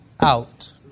out